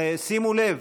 שימו לב,